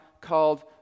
called